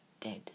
dead